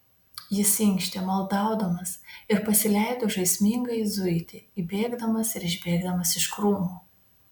jis inkštė maldaudamas ir pasileido žaismingai zuiti įbėgdamas ir išbėgdamas iš krūmų